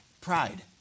Pride